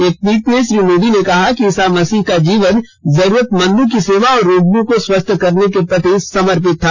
एक ट्वीट में श्री मोदी ने कहा कि ईसा मसीह का जीवन जरूरतमंदों की सेवा और रोगियों को स्वस्थ करने के प्रति समर्पित था